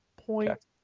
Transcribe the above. Point